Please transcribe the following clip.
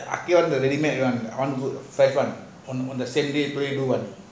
அப்போவும் அந்த:apovum antha readymade one on on the same day